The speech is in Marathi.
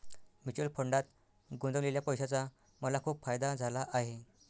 म्युच्युअल फंडात गुंतवलेल्या पैशाचा मला खूप फायदा झाला आहे